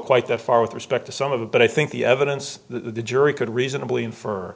quite that far with respect to some of them but i think the evidence the jury could reasonably infer